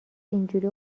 اینجوری